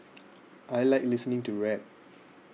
I like listening to rap